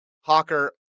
hawker